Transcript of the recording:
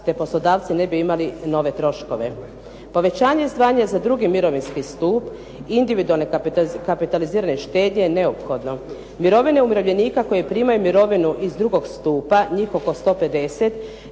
te poslodavci ne bi imali nove troškove. Povećanje izdvajanja za 2. mirovinski stup individualne kapitalizirane štednje je neophodno. Mirovine umirovljenika koji primaju mirovinu iz 2. stupa, njih oko 150